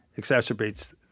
exacerbates